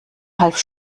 half